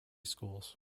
schools